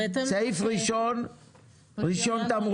סעיף ראשון תמרוקים.